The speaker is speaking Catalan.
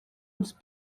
els